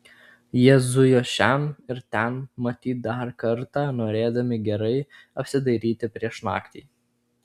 jie zujo šen ir ten matyt dar kartą norėdami gerai apsidairyti prieš naktį